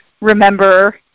remember